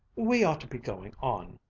we ought to be going on,